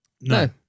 No